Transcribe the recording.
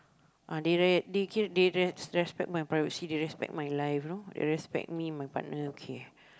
ah they re~ they ca~ they res~ respect my privacy they respect my life you know they respect me and my partner okay